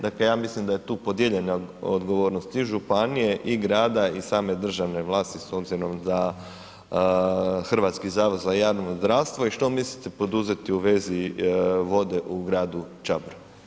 Dakle, ja mislim da je tu podijeljena odgovornost i županije i grade i same državne vlasti s obzirom da Hrvatski zavod za javno zdravstvo i što mislite poduzeti u vezi vode u gradu Čabru.